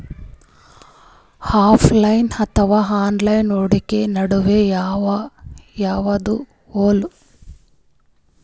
Offline ಅಥವಾ online ಹೂಡಿಕೆ ನಡು ಯವಾದ ಛೊಲೊ?